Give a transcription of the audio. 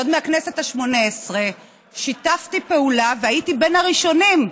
עוד מהכנסת השמונה-עשרה שיתפתי פעולה והייתי בין הראשונים,